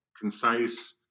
concise